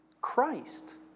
Christ